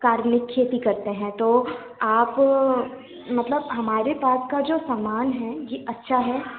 कार्बनिक खेती करते हैं तो आप मतलब हमारे पास का जो समान है ये अच्छा है